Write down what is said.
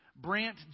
Brant